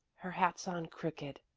her hat's on crooked,